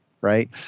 right